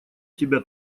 тебя